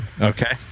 Okay